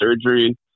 surgery